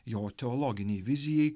jo teologinei vizijai